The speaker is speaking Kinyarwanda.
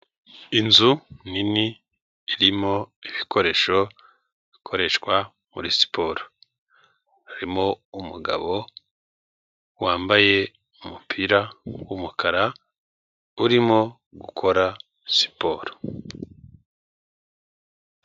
Inzu nini irimo ibikoresho bikoreshwa muri siporo, harimo umugabo wambaye umupira w'umukara urimo gukora siporo.